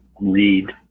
read